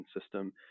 system